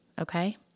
Okay